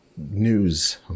news